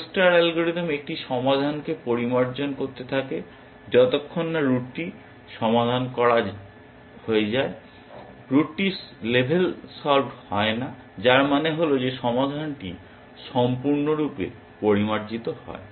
AO star algorithm একটি সমাধানকে পরিমার্জন করতে থাকে যতক্ষণ না রুটটি সমাধান হয়ে যায় রুটটি লেভেল সলভ হয় না যার মানে হল যে সমাধানটি সম্পূর্ণরূপে পরিমার্জিত হয়